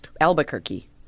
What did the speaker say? Albuquerque